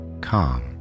calm